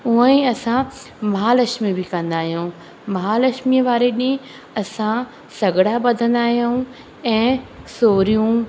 हुंअं ई असां महालक्ष्मी बि कंदा आहियूं महालक्ष्मीअ वारे ॾींहुं असां सॻड़ा ॿधंदा आहियूं ऐं सोरियूं